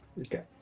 Okay